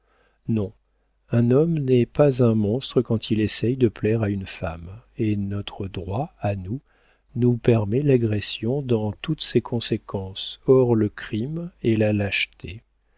non un homme n'est pas un monstre quand il essaie de plaire à une femme et notre droit à nous nous permet l'agression dans toutes ses conséquences hors le crime et la lâcheté